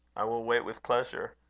i will wait with pleasure.